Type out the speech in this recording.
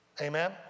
Amen